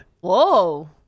Whoa